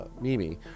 Mimi